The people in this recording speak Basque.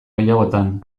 gehiagotan